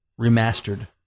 Remastered